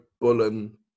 Bullen